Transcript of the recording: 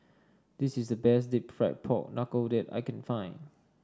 this is the best deep fried Pork Knuckle that I can find